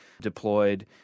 deployed